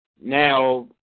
Now